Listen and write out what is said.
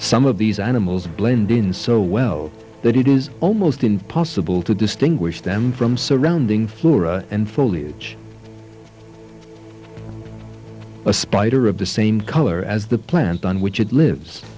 some of these animals blend in so well that it is almost impossible to distinguish them from surrounding flora and foliage a spider of the same color as the plant on which it lives